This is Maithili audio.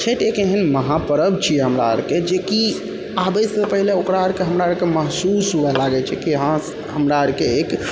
छैठ एक एहन महापरव छियै हमरा अरके जे कि आबैसँ पहिने ओकरा अरके हमरा अरके महसूस हौवऽ लागै छै कि हँ हमरा अर के एक